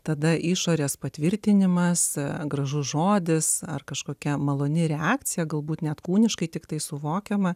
tada išorės patvirtinimas gražus žodis ar kažkokia maloni reakcija galbūt net kūniškai tiktai suvokiama